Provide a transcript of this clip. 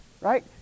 right